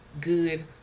good